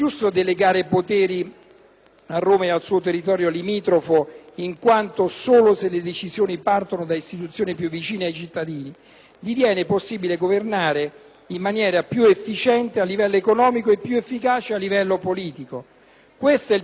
a Roma e al suo territorio limitrofo, in quanto solo se le decisioni partono da istituzioni più vicine ai cittadini diviene possibile governare in maniera più efficiente a livello economico e più efficace a livello politico. Questo è il principio della sussidiarietà,